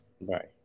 Bye